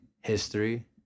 history